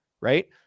Right